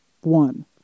one